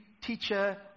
teacher